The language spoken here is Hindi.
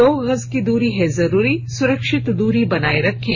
दो गज की दूरी है जरूरी सुरक्षित दूरी बनाए रखें